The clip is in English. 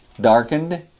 Darkened